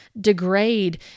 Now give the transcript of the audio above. degrade